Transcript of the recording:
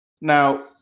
Now